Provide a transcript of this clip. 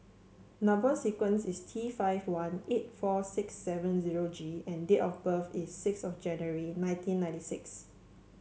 number sequence is T five one eight four six seven zero G and date of birth is six of January nineteen ninety six